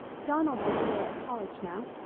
donald was away at college now.